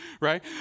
right